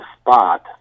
spot